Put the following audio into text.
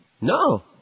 No